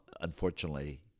unfortunately